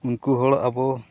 ᱩᱱᱠᱩ ᱦᱚᱲ ᱟᱵᱚ